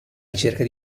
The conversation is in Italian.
ricerca